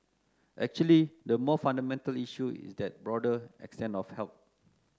actually the more fundamental issue is that broader extent of help